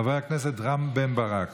חבר הכנסת רם בן ברק.